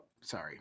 Sorry